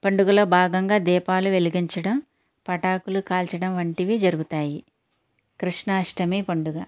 ఈ పండుగలో భాగంగా దీపాలు వెలిగించడం పటాకులు కాల్చడం వంటివి జరుగుతాయి కృష్ణాష్టమి పండుగ